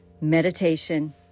Meditation